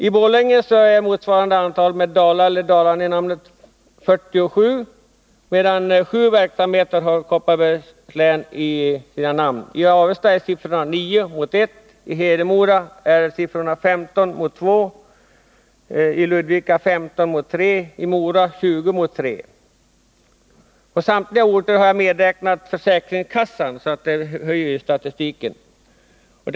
I Borlänge är motsvarande antal med ”Dala” eller ”Dalarna” i namnet 47, medan 7 verksamheter har ”Kopparberg” i sitt namn. I Avesta är siffrorna 9 mot 1, i Hedemora 15 mot 2, Ludvika 15 mot 3 och Mora 20 mot 3. På samtliga orter har jag medräknat försäkringskassan, och det höjer siffran för Kopparbergs del.